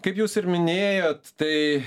kaip jūs ir minėjot tai